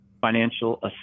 financial